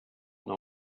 know